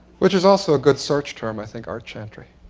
which is also a good search term, i think. art chantry.